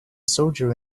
soldier